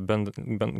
ben ben